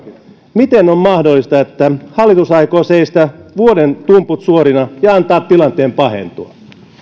miten on mahdollista että hallitus aikoo seistä vuoden tumput suorina ja antaa tilanteen pahentua